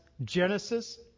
Genesis